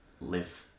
Live